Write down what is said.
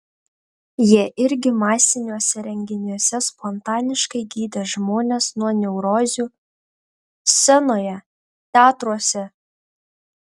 jie irgi masiniuose renginiuose spontaniškai gydė žmonės nuo neurozių scenoje teatruose